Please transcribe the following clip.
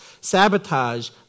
Sabotage